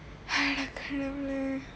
!aiyo! கடவுளே:kadavule